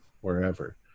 wherever